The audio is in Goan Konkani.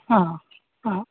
हां आं